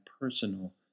personal